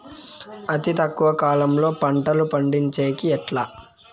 అతి తక్కువ కాలంలో పంటలు పండించేకి ఎట్లా?